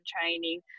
training